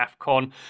AFCON